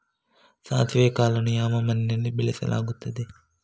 ಸಾಸಿವೆ ಕಾಳನ್ನು ಯಾವ ಮಣ್ಣಿನಲ್ಲಿ ಬೆಳೆಸಲಾಗುತ್ತದೆ?